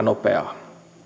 nopeaa